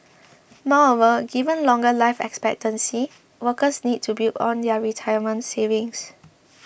moreover given longer life expectancy workers need to build on their retirement savings